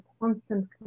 constant